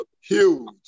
huge